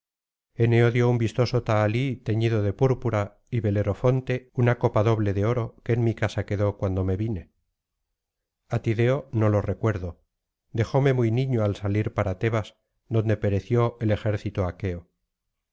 un vistoso tahalí teñido de púrpura y belero fonte una copa doble de oro que en mi casa quedó cuando me vine a tideo no lo recuerdo dejóme muy niño al salir para tebas donde pereció el ejército aqueo